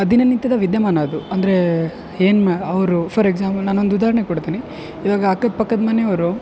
ದಿನನಿತ್ಯದ ವಿದ್ಯಮಾನ ಅದು ಅಂದರೆ ಏನು ಅವರು ಫರ್ ಎಕ್ಸಾಂಪಲ್ ನಾನೊಂದು ಉದಾರಣೆ ಕೊಡ್ತೀನಿ ಇವಾಗ ಅಕ್ಕದ ಪಕ್ಕದ ಮನೆಯವರು